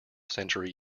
century